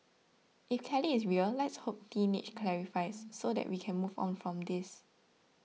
if Kelly is real let's hope Teenage clarifies so that we can move on from this